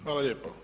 Hvala lijepo.